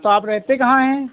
तो आप रहते कहाँ हैं